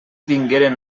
vingueren